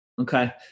Okay